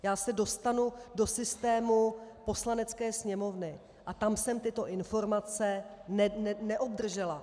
Já se dostanu do systému Poslanecké sněmovny a tam jsem tyto informace neobdržela.